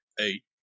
Eight